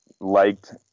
liked